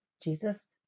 Jesus